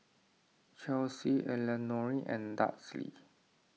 Chelsie Elenore and Dudley